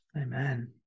Amen